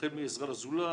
החל מעזרה לזולת,